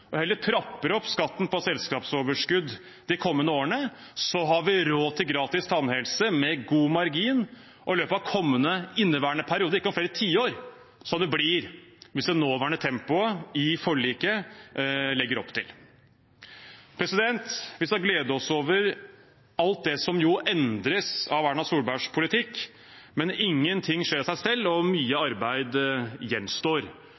og heller trapper opp skatten på selskapsoverskudd de kommende årene, har vi råd til gratis tannhelse med god margin i løpet av inneværende og kommende periode – ikke om flere tiår, som det nåværende tempoet i forliket legger opp til. Vi skal glede oss over alt som endres av Erna Solbergs politikk, men ingenting skjer av seg selv, og mye arbeid gjenstår.